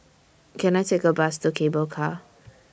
Can I Take A Bus to Cable Car